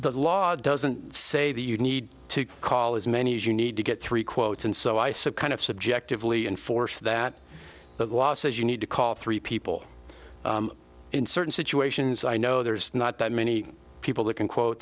the law doesn't say that you need to call as many as you need to get three quotes and so i suppose if subjectively enforce that the law says you need to call three people in certain situations i know there's not that many people that can quote